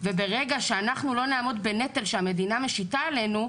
וברגע שאנחנו לא נעמוד בנטל שהמדינה משיטה עלינו,